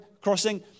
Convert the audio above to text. crossing